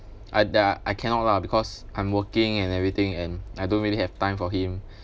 I da~ I cannot lah because I'm working and everything and I don't really have time for him